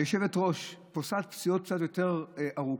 היושבת-ראש פוסעת פסיעות קצת יותר ארוכות,